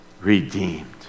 redeemed